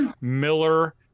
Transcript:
Miller